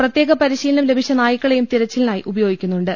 പ്രത്യേകം പരിശീലനം ലഭിച്ച നായ്ക്കളേയും തിരച്ചിലിനായി ഉപയോഗിക്കുന്നുണ്ട്